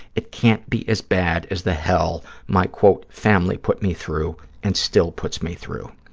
it can't be as bad as the hell my, quote, family put me through and still puts me through.